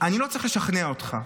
אני לא צריך לשכנע אותך,